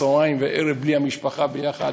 צהריים וערב בלי המשפחה יחד?